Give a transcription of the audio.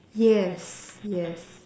yes yes